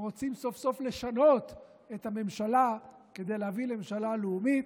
או רוצים סוף-סוף לשנות את הממשלה כדי להביא לממשלה לאומית,